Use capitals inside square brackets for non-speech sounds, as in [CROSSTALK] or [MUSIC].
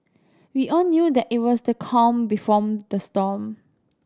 we all knew that it was the calm [UNINTELLIGIBLE] the storm